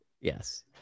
Yes